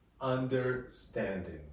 understanding